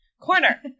corner